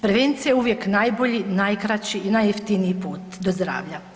Prevencija je uvijek najbolji, najkraći i najjeftiniji put do zdravlja.